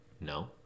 No